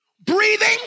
Breathing